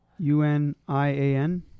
UNIAN